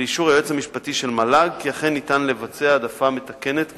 לאישור היועץ המשפטי של מל"ג כי אכן ניתן לבצע העדפה מתקנת כמוצע.